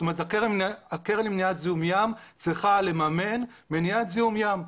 זאת אומרת הקרן למניעת זיהום ים צריכה לממן מניעת זיהום ים.